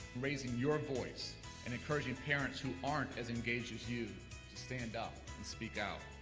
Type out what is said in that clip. raising your voice and encouraging parents who aren't as engaged as you to stand up and speak out.